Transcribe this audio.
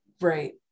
Right